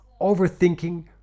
overthinking